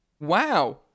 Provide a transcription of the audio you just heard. Wow